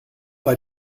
bei